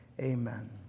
Amen